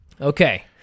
Okay